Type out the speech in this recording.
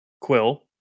Quill